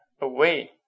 away